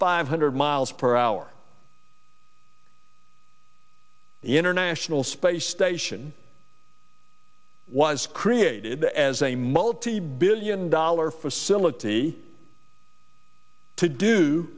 five hundred miles per hour the international space station was created as a multi billion dollar facility to do